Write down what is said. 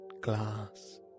glass